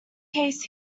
case